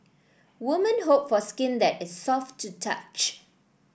women hope for skin that is soft to touch